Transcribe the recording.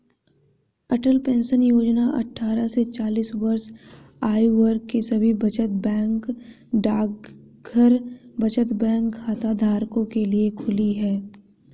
अटल pension Yojana अट्ठारह से चालीस वर्ष आयु वर्ग के सभी बचत बैंक डाकघर बचत बैंक खाताधारकों के लिए खुली है